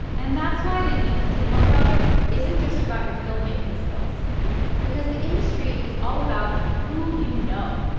and that's why the youth cinema project isn't just about your filmmaking skills because the industry is all about who you know.